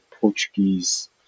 Portuguese